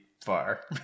far